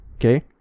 okay